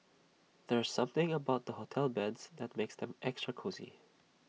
there's something about hotel beds that makes them extra cosy